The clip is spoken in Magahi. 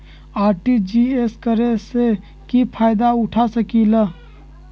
आर.टी.जी.एस करे से की फायदा उठा सकीला?